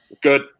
Good